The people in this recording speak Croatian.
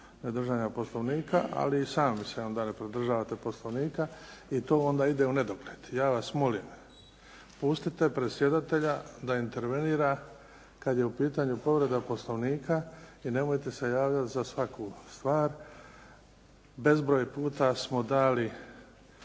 ne držanja Poslovnika. Ali i sami se onda ne pridržavate Poslovnika i to onda ide u nedogled. Ja vas molim, pustite predsjedatelja da intervenira kad je u pitanju povreda Poslovnika i nemojte se javljati za svaku stvar. Bezbroj puta smo dali